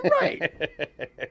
right